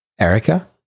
Erica